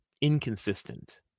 inconsistent